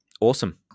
awesome